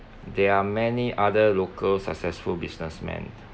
there are many other local successful businessman